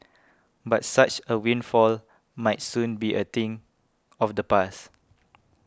but such a windfall might soon be a thing of the past